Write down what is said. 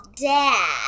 Dad